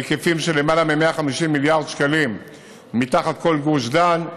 בהיקפים של למעלה מ-150 מיליארד שקלים מתחת כל גוש דן,